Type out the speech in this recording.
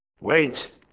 Wait